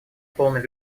полной